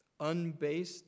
unbased